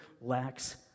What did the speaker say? lacks